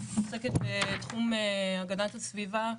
ועוסקת בתחום הגנת הסביבה,